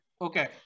okay